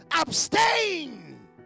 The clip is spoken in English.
abstain